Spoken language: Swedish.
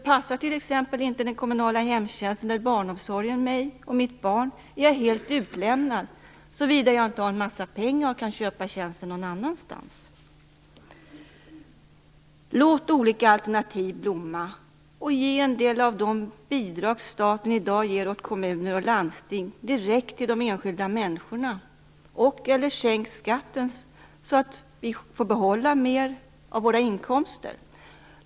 Passar t.ex. inte den kommunala hemtjänsten eller barnomsorgen mig och mitt barn är jag helt utlämnad, såvida jag inte har mycket pengar och kan köpa tjänsten någon annanstans. Låt olika alternativ blomma! Ge en del av de bidrag som staten i dag ger till kommuner och landsting direkt till de enskilda människorna och/eller sänk skatten så att vi får behålla mer av våra inkomster.